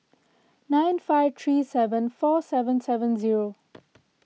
nine five three seven four seven seven zero